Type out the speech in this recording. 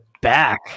back